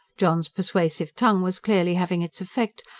john's persuasive tongue was clearly having its effect,